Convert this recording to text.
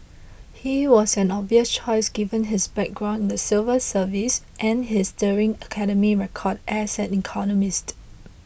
he was an obvious choice given his background in the civil service and his sterling academic record as an economist